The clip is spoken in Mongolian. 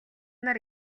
нар